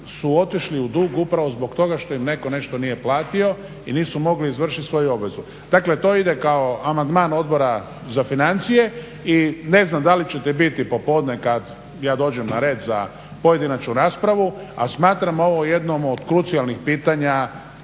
su otišli u dug upravo zbog toga što im netko nešto nije platio i nisu mogli izvršiti svoju obvezu. Dakle, to ide kao amandman Odbora za financije i ne znam da li ćete biti popodne kad ja dođem na red za pojedinačnu raspravu, a smatram ovo jednom od krucijalnih pitanja